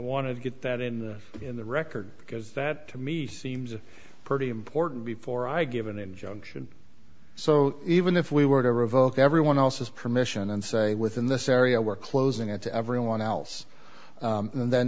want to get that in the in the record because that to me seems pretty important before i give an injunction so even if we were to revoke everyone else's permission and say within this area we're closing it to everyone else and then